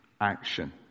action